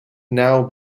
now